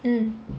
mm